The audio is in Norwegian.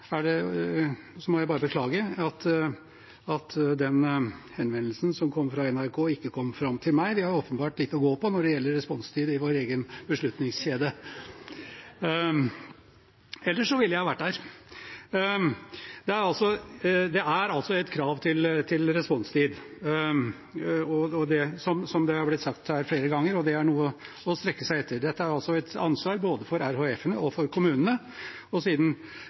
i salen. Så må jeg bare beklage at den henvendelsen som kom fra NRK, ikke kom fram til meg. Vi har åpenbart litt å gå på når det gjelder responstid i vår egen beslutningskjede, ellers ville jeg ha vært der. Det er krav til responstid, som det har blitt sagt her flere ganger, og det er noe å strekke seg etter. Dette er et ansvar for både de regionale helseforetakene og kommunene. Siden representanten Slagsvold Vedum nevnte Midt-Norge, vil jeg bare henvise til de mange Senterparti-styrte kommunene i dette området, der også noe av ansvaret for